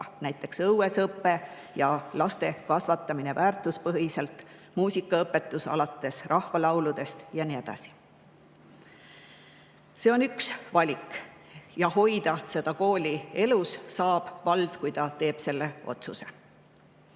näiteks õuesõpe ja laste kasvatamine väärtuspõhiselt, muusikaõpetus alates rahvalauludest ja nii edasi. See on üks valik ja hoida seda kooli elus saab vald, kui ta teeb selle otsuse. Aga